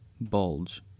bulge